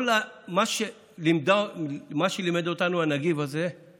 כל מה שלימד אותנו הנגיף הזה הוא